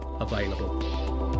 available